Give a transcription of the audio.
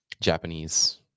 Japanese